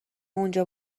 اونجا